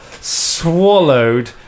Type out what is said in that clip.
swallowed